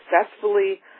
successfully